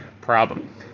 problem